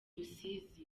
rusizi